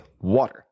water